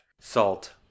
Salt